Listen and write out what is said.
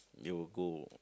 you will go